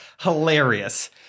hilarious